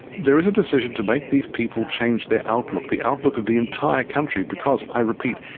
there is a decision to make these people change their outlook, the outlook of the entire country because, i repeat,